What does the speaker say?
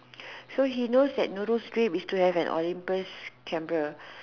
so he knows that Nurul's dream is to have an Olympus camera